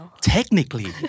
Technically